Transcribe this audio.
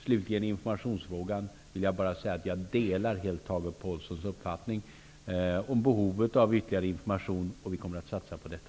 Slutligen till informationsfrågan. Jag vill bara säga att jag delar helt Tage Påhlssons uppfattning om behovet av ytterligare information. Vi kommer att satsa på detta.